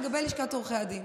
לגבי לשכת עורכי הדין.